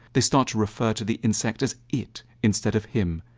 they start to refer to the insect as it instead of him.